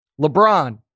LeBron